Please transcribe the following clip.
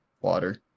water